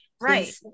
Right